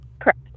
Correct